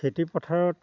খেতি পথাৰত